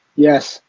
yes.